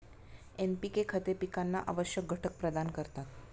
NPK खते पिकांना आवश्यक घटक प्रदान करतात